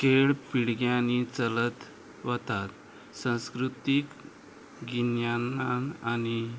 खेळ पिळग्यांनी चलत वतात संस्कृतीक गिन्यानान आनी